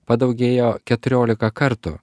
padaugėjo keturiolika kartų